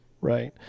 Right